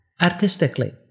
artistically